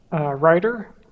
writer